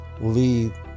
leave